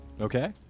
Okay